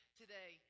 today